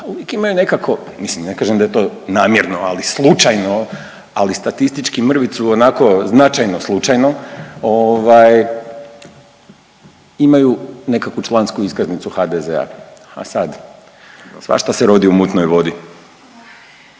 uvijek imaju nekako, mislim ne kažem da je to namjerno ali slučajno, ali statistički mrvicu onako značajno slučajno ovaj imaju nekakvu člansku iskaznicu HDZ-a, a sad svašta se rodi u mutnoj vodi